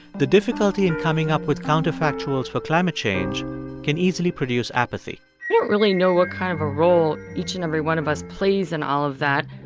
the difficulty in coming up with counterfactuals for climate change can easily produce apathy we don't really know what kind of a role each and every one of us plays in all of that.